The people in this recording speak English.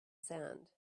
sand